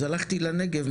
אז הלכתי לנגב,